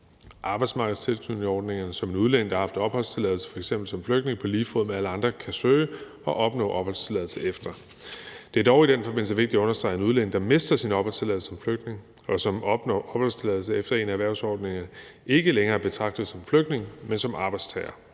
arbejdsmarkedstilknytningsordningerne, som en udlænding, der har haft opholdstilladelse f.eks. som flygtning, på lige fod med alle andre kan søge og opnå opholdstilladelse efter. Det er dog i den forbindelse vigtigt at understrege, at en udlænding, der mister sin opholdstilladelse som flygtning, og som opnår opholdstilladelse efter en af erhvervsordningerne, ikke længere betragtes som flygtning, men som arbejdstager.